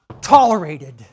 tolerated